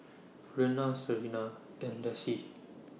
Rena Sarina and Lessie